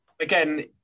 again